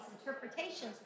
interpretations